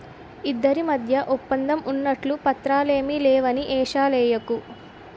ఇద్దరి మధ్య ఒప్పందం ఉన్నట్లు పత్రాలు ఏమీ లేవని ఏషాలెయ్యకు